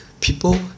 people